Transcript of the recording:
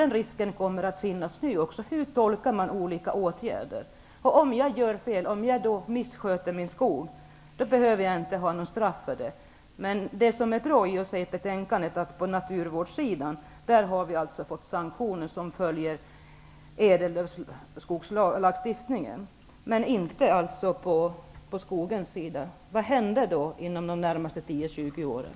Den risken kommer att finnas också nu: Hur tolkar man olika åtgärder? Om jag gör fel och missköter min skog behöver jag inte få något straff för det. Det som är bra i betänkandet är att det på naturvårdssidan införs sanktioner som följer ädellövskogslagstiftningen. Vad händer då på skogssidan inom de närmaste 10--20 åren?